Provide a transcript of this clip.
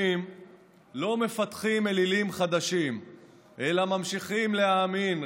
לא מפתחים אלילים חדשים אלא ממשיכים להאמין,